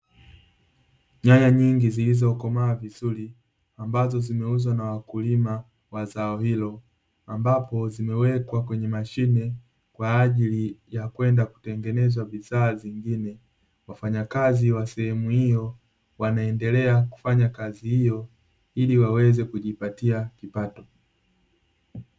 Nyanya nyingi zilizokomaa vizuri ambazo zimeuzwa na wakulima wa zao hilo, ambapo zimewekwa kwenye mashine kwa ajili ya kwenda kutengeneza bidhaa zingine. Wafanyakazi wa sehemu hiyo wanaendelea kufanya kazi hiyo ili waweze kujipatia kipato.